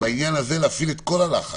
בעניין הזה לשים את כל הלחץ.